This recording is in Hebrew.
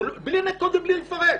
בלי לנקות ולפרק.